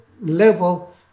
level